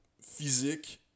physique